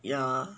yeah